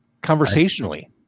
conversationally